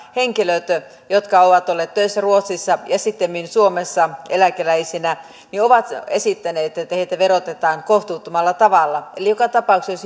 henkilöt jotka ovat olleet töissä ruotsissa ja sittemmin suomessa eläkeläisinä ovat esittäneet että heitä verotetaan kohtuuttomalla tavalla joka tapauksessa